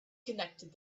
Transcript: connected